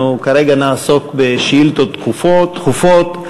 אנחנו כרגע נעסוק בשאילתות דחופות.